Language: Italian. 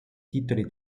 titoli